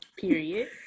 Period